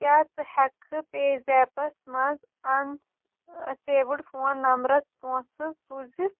کیٛاہ ژٕ ہٮ۪ککھٕ پے زیپَس منٛز اَن سیوٕڈ فون نمبرَس پونٛسہٕ سوٗزِتھ